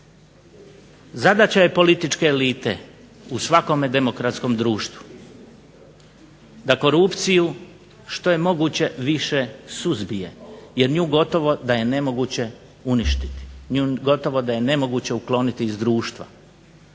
Zadaća je političke elite u svakom demokratskom društvu da korupciju, što je moguće više suzbije jer nju gotovo da je nemoguće uništiti, nju gotovo da je nemoguće ukloniti iz društva,